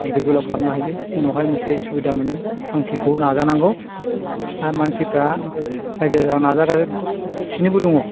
गिदिर गोलाव खालामनो हायो उनावहाय मोनसे सुबिदा मोनो थांखिखौ नाजानांगौ आरो मानसिफोरा रायजो राजाफोरा नाजागासिनोबो दङ